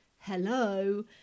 hello